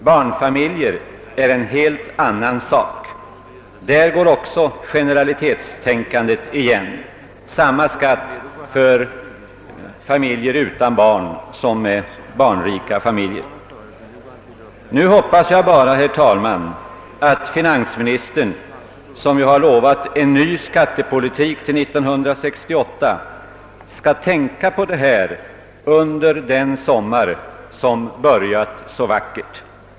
Barnfamiljer är en helt annan sak. Där går också generaliseringstänkandet igen: samma skatt för familjer utan barn som för barnrikefamiljer. Nu hoppas jag bara att finansministern, som lovat en ny skattepolitik till 1968, skall tänka på den här saken under den sommar som börjat så vackert.